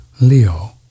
Leo